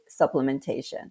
supplementation